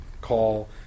call